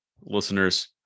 listeners